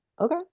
Okay